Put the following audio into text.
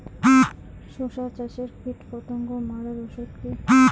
শসা চাষে কীটপতঙ্গ মারার ওষুধ কি?